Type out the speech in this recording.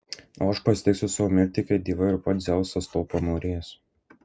o aš pasitiksiu savo mirtį kai dievai ir pats dzeusas to panorės